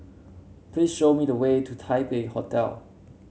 please show me the way to Taipei Hotel